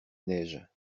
neige